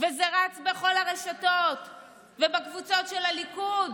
וזה רץ בכל הרשתות ובקבוצות של הליכוד,